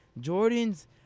Jordans